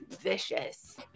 Vicious